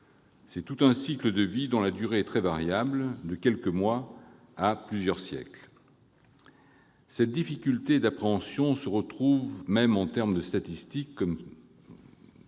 C'est tout un cycle de vie dont la durée est très variable, de quelques mois à plusieurs siècles. Cette difficulté d'appréhension se retrouve même en termes statistiques, comme